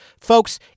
Folks